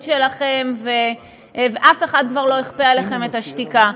שלכם ואף אחד כבר לא יכפה עליכם את השתיקה.